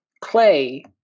Clay